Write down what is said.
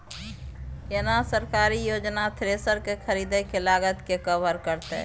केना सरकारी योजना थ्रेसर के खरीदय के लागत के कवर करतय?